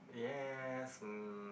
yes mm